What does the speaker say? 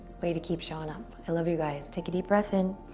way to keep showing up. i love you guys. take a deep breath in.